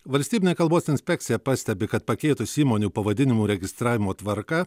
valstybinė kalbos inspekcija pastebi kad pakeitus įmonių pavadinimų registravimo tvarką